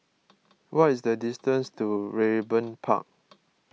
what is the distance to Raeburn Park